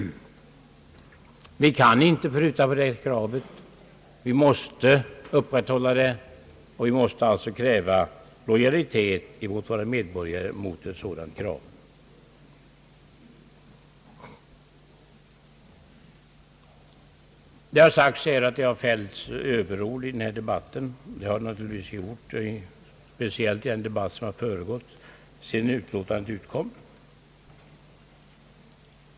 Vi kan inte pruta på det kravet. Vi måste upprätthålla det, och vi måste begära lojalitet av medborgarna mot ett sådant krav. Det har sagts att det fällts överord i debatten om denna fråga. Så har naturligtvis skett, speciellt i diskussionen sedan utlåtandet utkommit.